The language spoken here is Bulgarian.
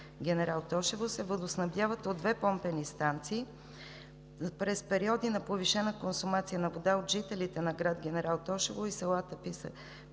Генерал Тошево се водоснабдяват от две помпени станции. През периоди на повишена консумация на вода от жителите на град Генерал Тошево и селата Писарово